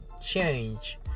change